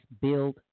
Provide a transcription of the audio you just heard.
build